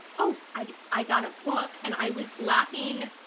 oh i i got a book and i was laughing